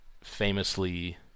famously